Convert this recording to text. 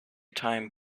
time